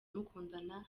mukundana